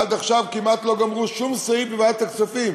עד עכשיו כמעט לא גמרו שום סעיף בוועדת הכספים,